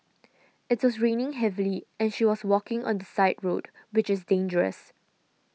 it was raining heavily and she was walking on the side road which is dangerous